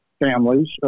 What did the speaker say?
families